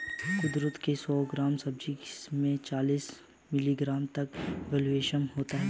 कुंदरू की सौ ग्राम सब्जी में चालीस मिलीग्राम तक कैल्शियम होता है